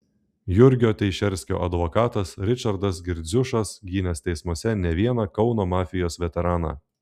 jurgio teišerskio advokatas ričardas girdziušas gynęs teismuose ne vieną kauno mafijos veteraną